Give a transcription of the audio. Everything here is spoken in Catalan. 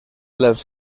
dels